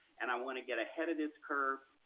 and i wanna get ahead of this curve.